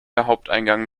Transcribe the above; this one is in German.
haupteingang